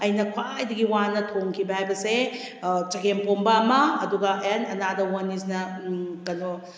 ꯑꯩꯅ ꯈ꯭ꯋꯥꯏꯗꯒꯤ ꯋꯥꯅ ꯊꯣꯡꯈꯤꯕ ꯍꯥꯏꯕꯁꯦ ꯆꯒꯦꯝꯄꯣꯝꯕ ꯑꯃ ꯑꯗꯨꯒ ꯑꯦꯟ ꯑꯅꯗꯔ ꯋꯥꯟ ꯏꯁ ꯅ ꯀꯩꯅꯣ